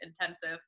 intensive